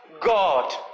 God